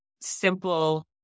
simple